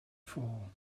fall